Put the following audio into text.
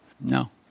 No